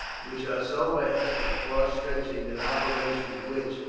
which are so vast and far stretching that operations which,